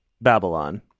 Babylon